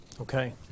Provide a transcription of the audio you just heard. Okay